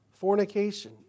fornication